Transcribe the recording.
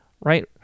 right